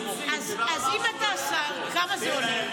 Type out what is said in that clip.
אז אם אתה השר, כמה זה עולה?